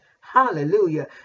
Hallelujah